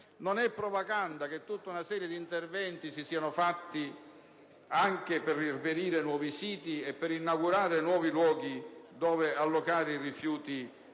Non è propaganda che tutta una serie di interventi sia stata fatta anche per reperire nuovi siti e per inaugurare nuovi luoghi dove allocare i rifiuti